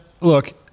look